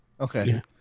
Okay